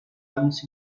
violence